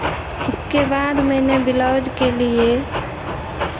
उसके बाद मैंने ब्लाउज़ के लिए